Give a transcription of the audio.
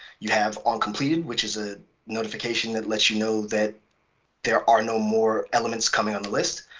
you'd have oncompleted, which is a notification that lets you know that there are no more elements coming on the list.